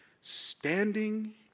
Standing